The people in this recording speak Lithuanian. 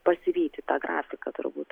pasivyti tą grafiką turbūt